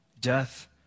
death